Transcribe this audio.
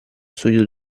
studio